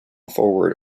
forward